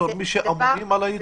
בתור מי שאמונים על הייצוג?